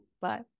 Bye